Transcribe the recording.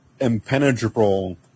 impenetrable